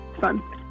fun